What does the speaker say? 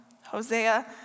Hosea